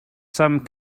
some